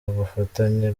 bufatanye